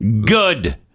Good